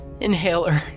Inhaler